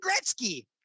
Gretzky